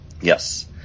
yes